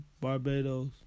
Barbados